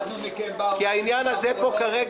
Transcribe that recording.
למדנו מכם --- כי העניין הזה פה כרגע,